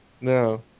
No